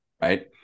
right